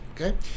okay